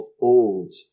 old